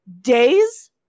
days